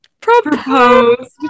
proposed